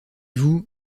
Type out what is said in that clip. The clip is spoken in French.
vous